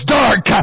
dark